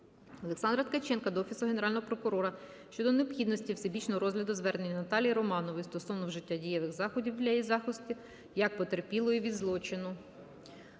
Олександра Ткаченка до Офісу Генерального прокурора щодо необхідності всебічного розгляду звернення Наталії Романової стосовно вжиття дієвих заходів для її захисту, як потерпілої від злочину.